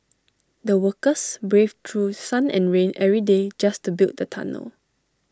the workers braved through sun and rain every day just to build the tunnel